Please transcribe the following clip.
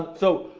so,